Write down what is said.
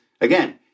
again